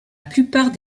plupart